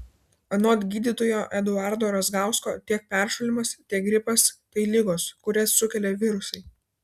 anot gydytojo eduardo razgausko tiek peršalimas tiek gripas tai ligos kurias sukelia virusai